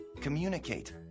Communicate